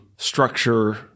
structure